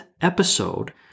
episode